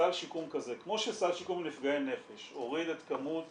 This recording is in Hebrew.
סל שיקום כזה כמו שסל שיקום לנפגעי נפש הוריד את כמות